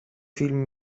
film